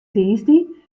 tiisdei